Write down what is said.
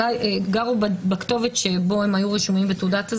וגרו בכתובת שבה היו רשומים בתעודת הזהות,